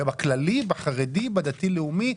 בכללי, בחרדי, בדתי-לאומי?